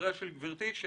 דבריה של גברתי על כך